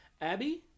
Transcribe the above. Abby